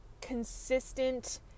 consistent